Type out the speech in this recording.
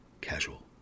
casual